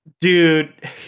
Dude